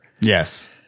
Yes